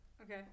okay